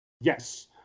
Yes